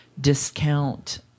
discount